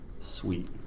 sweet